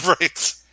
Right